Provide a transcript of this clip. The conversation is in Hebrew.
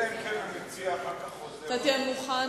אלא אם כן המציע אחר כך חוזר, אתה תהיה מוכן,